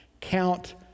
count